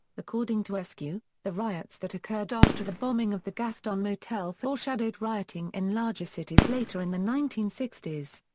according to eskew, the riots that occurred after the bombing of the gaston motel foreshadowed rioting in larger cities later in the nineteen sixty s.